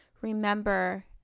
remember